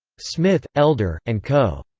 smith, elder, and co.